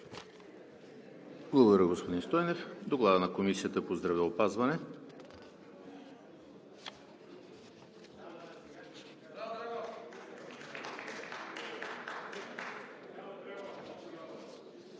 Благодаря, господин Стойнев. Доклад на Комисията по здравеопазването.